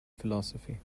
philosophy